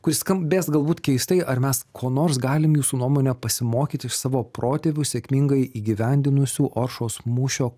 kuris skambės galbūt keistai ar mes ko nors galim jūsų nuomone pasimokyti iš savo protėvių sėkmingai įgyvendinusių oršos mūšio